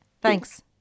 Thanks